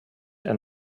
and